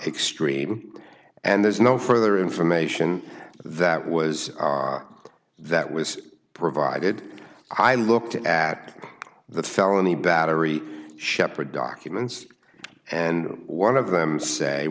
extreme and there's no further information that was that was provided i looked at the felony battery sheppard documents and one of them say